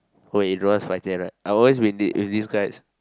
oh wait you don't know what's five ten right I've always win it with these guys